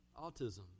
autism